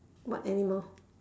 what animal